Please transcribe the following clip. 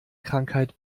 krankheit